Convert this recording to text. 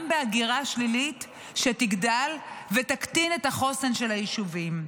בהגירה שלילית שתגדל ותקטין את החוסן של היישובים.